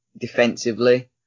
defensively